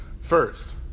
First